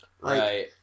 Right